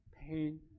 pain